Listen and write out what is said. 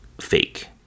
fake